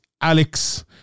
Alex